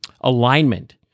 alignment